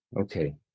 Okay